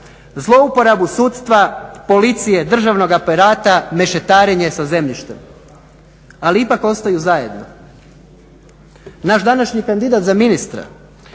zlouporabu sudstva, policije, državnog aparata, mešetarenje sa zemljištem, ali ipak ostaju zajedno. Naš današnji kandidat za ministra